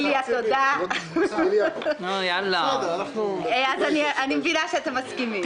אני מבינה שאתם מסכימים.